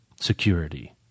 security